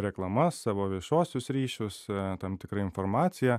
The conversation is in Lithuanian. reklamas savo viešuosius ryšius tam tikrą informaciją